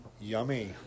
Yummy